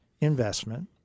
investment